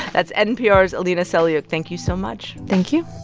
that's npr's alina selyukh. thank you so much thank you